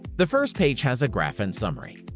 the first page has a graph and summary.